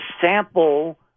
sample